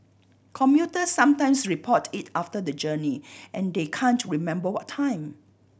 commuters sometimes report it after the journey and they can't remember what time